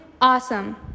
awesome